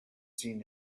seen